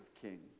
king